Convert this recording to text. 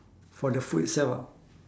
for the food itself ah